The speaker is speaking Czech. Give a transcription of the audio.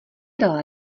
dal